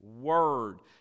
word